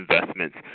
investments